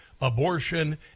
abortion